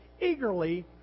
eagerly